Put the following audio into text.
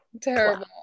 Terrible